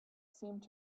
seemed